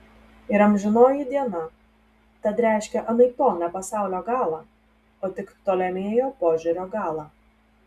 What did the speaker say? ir amžinoji diena tad reiškia anaiptol ne pasaulio galą o tik ptolemėjo požiūrio galą